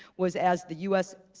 was as the u s.